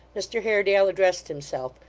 mr haredale addressed himself,